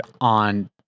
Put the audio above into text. on